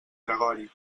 gregori